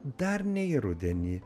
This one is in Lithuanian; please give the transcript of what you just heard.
dar ne į rudenį